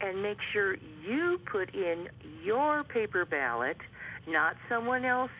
and make sure you put in your paper ballot not someone else